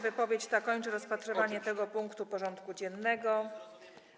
Wypowiedź ta kończy rozpatrywanie tego punktu porządku dziennego.